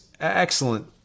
excellent